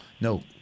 No